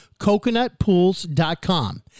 Coconutpools.com